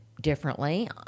differently